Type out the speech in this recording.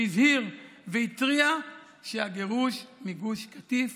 הוא הזהיר והתריע שהגירוש מגוש קטיף